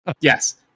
yes